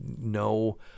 no